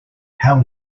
how